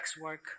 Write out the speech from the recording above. work